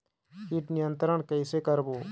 कीट नियंत्रण कइसे करबो?